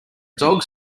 dog